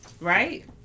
right